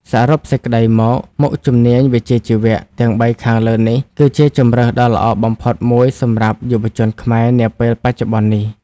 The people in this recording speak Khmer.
សរុបសេចក្តីមក មុខជំនាញវិជ្ជាជីវៈទាំងបីខាងលើនេះគឺជាជម្រើសដ៏ល្អបំផុតមួយសម្រាប់យុវជនខ្មែរនាពេលបច្ចុប្បន្ននេះ។